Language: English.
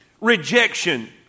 Rejection